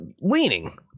leaning